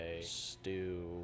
stew